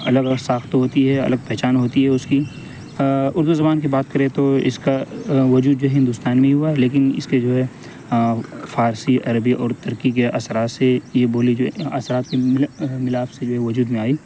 الگ ساخت ہوتی ہے الگ پہچان ہوتی ہے اس کی اردو زبان کی بات کریں تو اس کا وجود جو ہے ہندوستان میں ہی ہوا ہے لیکن اس کے جو ہے فارسی عربی اور ترکی کے اثرات سے یہ بولی جو ہے اثرات کے ملاپ سے جو ہے وجود میں آئی